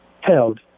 held